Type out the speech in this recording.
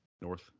North